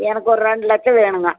எனக்கு ஒரு ரெண்டு லட்சம் வேணுங்க